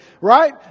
right